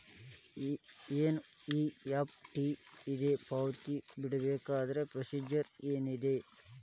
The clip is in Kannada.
ಎನ್.ಇ.ಎಫ್.ಟಿ ಇಂದ ಪಾವತಿ ಮಾಡಬೇಕಂದ್ರ ಪ್ರೊಸೇಜರ್ ಏನದ